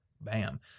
Bam